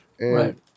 Right